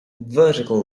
vertical